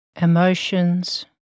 Emotions